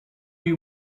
you